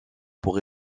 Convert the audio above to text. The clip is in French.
pour